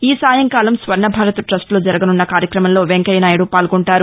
ఈ సాయంకాలం స్వర్ణ భారత్ టస్ట్ లో జరగనున్న కార్యక్రమంలో వెంకయ్యనాయుడు పాల్గొంటారు